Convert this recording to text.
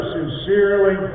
sincerely